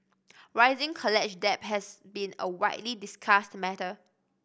rising college debt has been a widely discussed matter